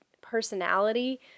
personality